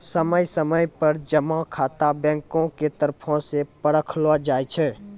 समय समय पर जमा खाता बैंको के तरफो से परखलो जाय छै